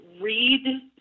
read